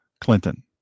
Clinton